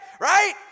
right